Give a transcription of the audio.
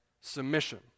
submission